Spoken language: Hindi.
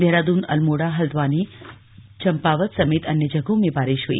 देहरादून अल्मोड़ा हल्द्वानी चंपावत समेत अन्य जगहों में बारिश हुई